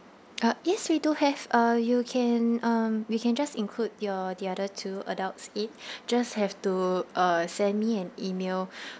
uh yes we do have uh you can um we can just include your the other two adults in just have to uh send me an email